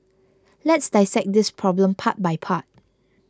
let's dissect this problem part by part